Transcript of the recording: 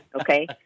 okay